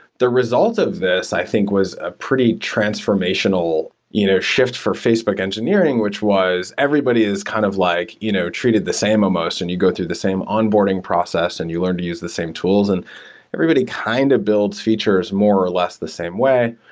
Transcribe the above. the result of this i think was a pretty transformational you know shift for facebook engineering, which was everybody is kind of like you know treated the same almost and you go through the same onboarding process and you learn to use the same tools and everybody kind of builds features more or less the same way.